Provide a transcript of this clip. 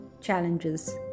challenges